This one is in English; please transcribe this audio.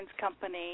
company